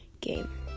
game